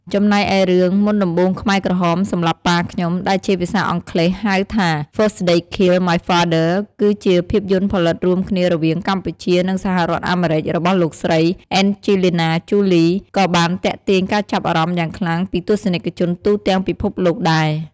ចំណែកឯរឿង "មុនដំបូងខ្មែរក្រហមសម្លាប់ប៉ាខ្ញុំ" ដែលជាភាសាអង់គ្លេស ហៅថា First They Killed My Father គឺ ជាភាពយន្តផលិតរួមគ្នារវាងកម្ពុជា និងសហរដ្ឋអាមេរិករបស់ លោកស្រី អេនជេលីណា ជូលី ក៏បានទាក់ទាញការចាប់អារម្មណ៍យ៉ាងខ្លាំងពីទស្សនិកជនទូទាំងពិភពលោកដែរ។